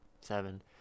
seven